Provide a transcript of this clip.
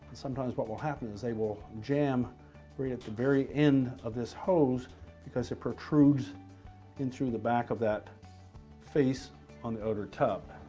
sometimes what will happen is they will jam right at the very end of this hose because it protrudes in through the back of that face on the outer tub.